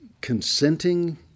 consenting